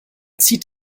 zieht